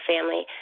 family